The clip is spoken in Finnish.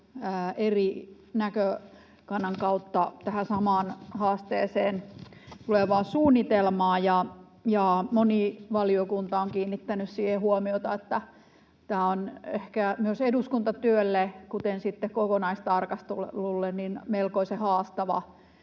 eri näkökannan kautta tähän samaan haasteeseen tulevaa suunnitelmaa, ja moni valiokunta on kiinnittänyt siihen huomiota, että on ehkä myös eduskuntatyölle kuten sitten kokonaistarkastelulle melkoisen haastava